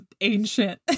ancient